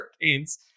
hurricanes